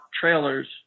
trailers –